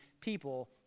people